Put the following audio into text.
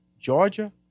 Georgia